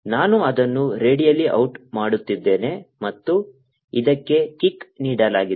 ನಾನು ಅದನ್ನು radial out ಮಾಡುತ್ತಿದ್ದೇನೆ ಮತ್ತು ಇದಕ್ಕೆ ಕಿಕ್ ನೀಡಲಾಗಿದೆ